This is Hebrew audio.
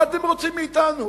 מה אתם רוצים מאתנו?